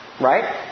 right